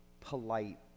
polite